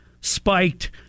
spiked